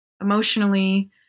emotionally